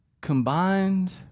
combined